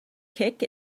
kick